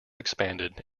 expanded